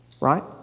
right